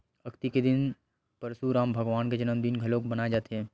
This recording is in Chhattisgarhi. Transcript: अक्ती के दिन परसुराम भगवान के जनमदिन घलोक मनाए जाथे